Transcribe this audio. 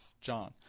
John